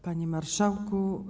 Panie Marszałku!